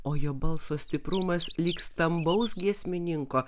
o jo balso stiprumas lyg stambaus giesmininko